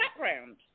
background